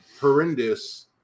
horrendous